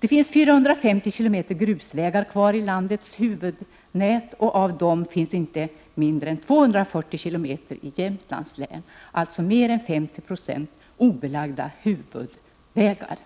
Det finns 450 km grusväg kvar i landets huvudvägnät — därav inte mindre än 240 km i Jämtlands län, alltså mer än 50 96 obelagda huvudvägar.